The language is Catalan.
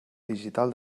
digital